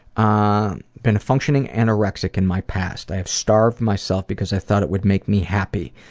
um been a functioning anorexic in my past. i have starved myself because i thought it would make me happy.